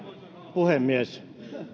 puhemies